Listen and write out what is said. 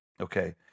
Okay